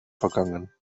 vergangen